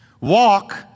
Walk